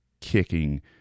kicking